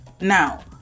Now